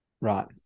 right